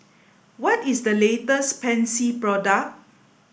what is the latest Pansy product